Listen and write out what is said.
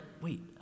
wait